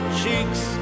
cheeks